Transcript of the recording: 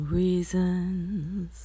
reasons